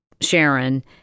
Sharon